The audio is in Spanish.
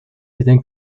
hayan